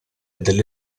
delle